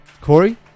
Corey